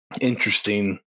interesting